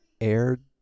aired